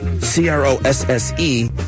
C-R-O-S-S-E